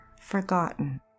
forgotten